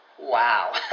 Wow